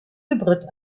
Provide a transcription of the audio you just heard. hybrid